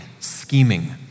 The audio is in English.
Scheming